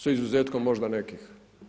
S izuzetkom možda nekih.